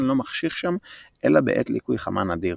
לא מחשיך שם אלא בעת ליקוי חמה נדיר.